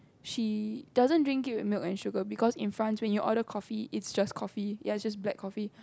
she doesn't drink it with milk and sugar because in France when you order coffee it's just coffee ya just black coffee